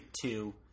two